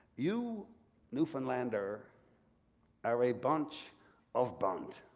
you newfoundlander are a bunch of bunt.